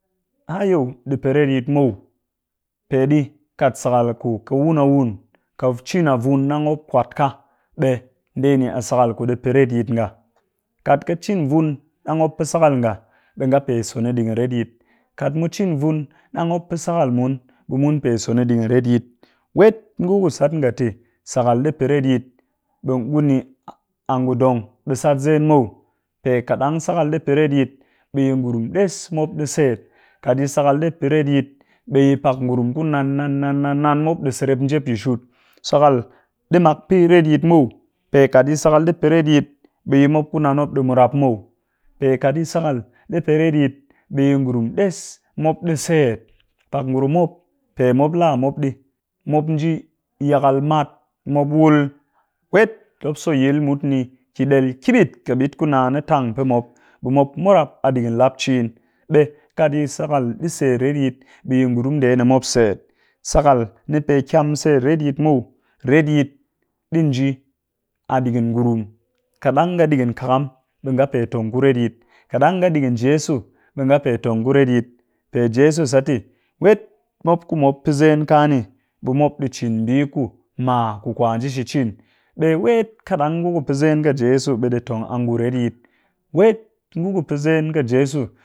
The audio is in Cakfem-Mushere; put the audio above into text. Hayo! Ɗi pɨ retyit muw, peɗi kat sakal ku ƙɨ wun a wun ƙɨ cin a vun ɗang mop kwat ka, ɓe ndee ni sakal ku ɗi pɨ retyit nga, kat ƙɨ cin vun ɗang mop pɨ sakal nga ɓe pe so ni ɗigin retyit, kat mu cin vun ɗang mop pɨ sakal mun ɓe mun pe so ni ɗigin retyit, wet ngu sat nga te sakal ɗi pɨ retyit ɓe ngu ni a ngu dong ɓe sat zen muw, pe kat ɗang sakal ɗi pɨ retyit ɓe yi ngurum ɗes mop ɗi set, kat yi sakal ɗi pɨ retyit ɓe yi pak ngurum ku nan nan nan nan nan mop ɗi serep njep yi shut, sakal ɗi mak pɨ retyit muw, pe kat yi sakal ɗi pɨ retyit, ɓe yi mop ku nan ɗi murap muw, pe kat yi sakal ɗi pɨ retyit ɓe yi ngurum ɗes mop ni set, pak ngurum mop pe mop laa mop ɗii, mop nji yakal mat mop wul mop so yil mut ni ki ɗel ƙiɓit ku naan ni tang pɨ ɗi mop. Ɓe mop murap a ɗidin lap ciin, ɓe katyi sakal ɗi set retyit ɓe yi ngurum ndee ni mop set sakal ni pe kyam set retyit muw. Retyit ɗi nji a ɗigin ngurum kat ɗang nga ɗigin kakam, ɓe nga pe tong ku retyit, kat ɗang nga ɗigin jeso ɓe nga pe tong ku retyit, pe jeso sat tɨ wet mop ku mop pɨ zen ka ni ɓe mop ɗi cin mbii ku ma ku kwa nji shi cin. ɓe wet kat ɗang ngu ku pɨ zen ƙɨ jeso ɓe ɗi tong ku retyit, wet nguku pɨ zen ƙɨ jeso.